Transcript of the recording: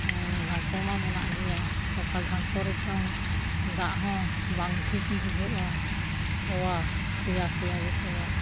ᱰᱷᱟᱸᱠᱚᱲ ᱢᱟ ᱢᱮᱱᱟᱜ ᱜᱮᱭᱟ ᱚᱠᱟ ᱰᱷᱟᱸᱠᱚᱲ ᱨᱮᱪᱚᱝ ᱫᱟᱜ ᱦᱚᱸ ᱵᱟᱝ ᱴᱷᱤᱠ ᱵᱩᱡᱷᱟᱹᱜᱼᱟ ᱥᱚᱣᱟ ᱥᱮᱭᱟ ᱥᱮᱭᱟᱜᱮ ᱥᱚᱣᱟ